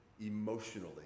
emotionally